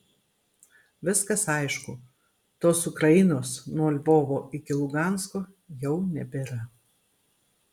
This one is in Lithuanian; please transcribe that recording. viskas aišku tos ukrainos nuo lvovo iki lugansko jau nebėra